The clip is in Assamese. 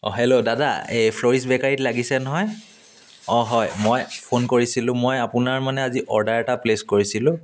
অঁ হেল্ল' দাদা এই ফ্ল'ৰিছ বেকাৰীত লাগিছে নহয় অঁ হয় মই ফোন কৰিছিলোঁ মই আপোনাৰ মানে আজি অৰ্ডাৰ এটা প্লেচ কৰিছিলোঁ